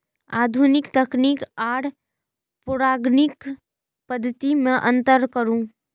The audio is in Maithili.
आधुनिक तकनीक आर पौराणिक पद्धति में अंतर करू?